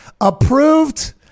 approved